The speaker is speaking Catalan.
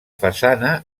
façana